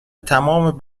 تمام